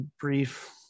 brief